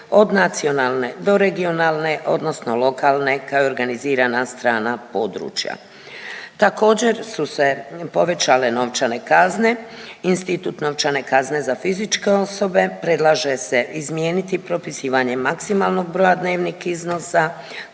od nacionalne do regionalne odnosno lokalne, kao i organizirana strana područja. Također su se povećale novčane kazne, institut novčane kazne za fizičke osobe, predlaže se izmijeniti propisivanjem maksimalnog broja dnevnog iznosa